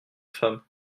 femmes